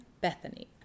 Bethany